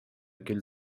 küll